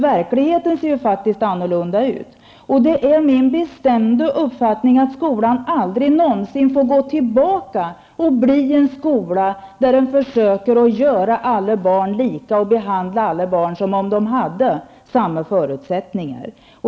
Verkligheten ser faktiskt annorlunda ut, och det är min bestämda uppfattning att skolan aldrig någonsin får gå tillbaka till att bli en skola som försöker göra alla barn lika och behandla alla barn som om de hade samma förutsättningar.